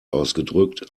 ausgedrückt